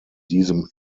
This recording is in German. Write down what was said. diesem